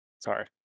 Sorry